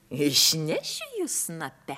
išnešiu jus snape